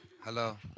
Hello